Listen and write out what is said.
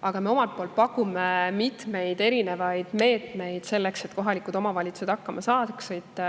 Aga me omalt poolt pakume mitmeid erinevaid meetmeid selleks, et kohalikud omavalitsused hakkama saaksid.